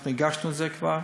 אנחנו כבר הגשנו את זה.